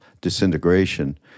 disintegration